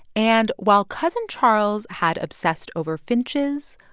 and while cousin charles had obsessed over finches,